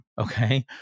okay